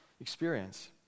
experience